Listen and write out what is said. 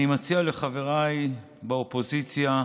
אני מציע לחבריי באופוזיציה,